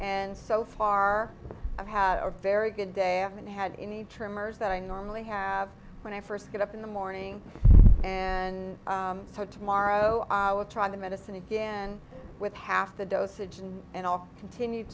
and so far i've had a very good day i haven't had any termers that i normally have when i first get up in the morning and so tomorrow i will try the medicine again with half the dosage and i'll continue